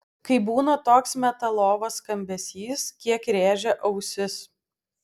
kai būna toks metalovas skambesys kiek rėžia ausis